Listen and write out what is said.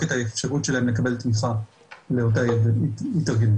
את האפשרות שלהם לקבל תמיכה לאותה התארגנות,